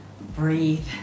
breathe